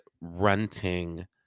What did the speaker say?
renting